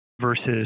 versus